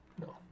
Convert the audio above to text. No